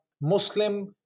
Muslim